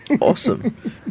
Awesome